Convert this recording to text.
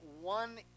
one